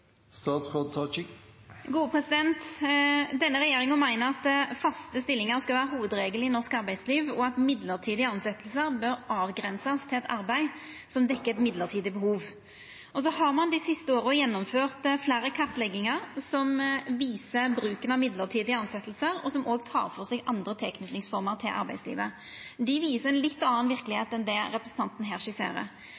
Denne regjeringa meiner at faste stillingar skal vera hovudregelen i norsk arbeidsliv, og at mellombelse tilsetjingar bør avgrensast til arbeid som dekkjer eit mellombels behov. Ein har dei siste åra gjennomført fleire kartleggingar som viser bruken av mellombelse tilsetjingar, og som òg tek for seg andre tilknytingsformer til arbeidslivet. Dei viser ein litt